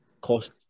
Cost